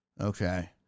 Okay